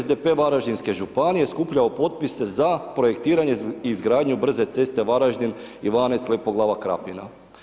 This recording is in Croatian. SDP Varaždinske županije, skupljao potpise za projektiranje i izgradnju brze ceste Varaždin-Ivanec-Lepoglava-Krapina.